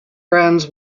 brands